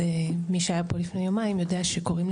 מי שהיה פה לפני יומיים יודע שקוראים לי